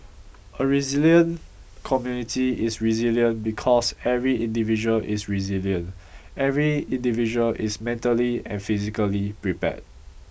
a resilient community is resilient because every individual is resilient every individual is mentally and physically prepared